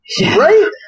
Right